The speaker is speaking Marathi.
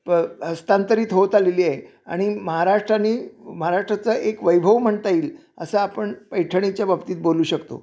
प हस्तांतरित होत आलेली आहे आणि महाराष्ट्राने महाराष्ट्राचा एक वैभव म्हणता येईल असं आपण पैठणीच्या बाबतीत बोलू शकतो